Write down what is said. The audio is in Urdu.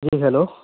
جی ہیلو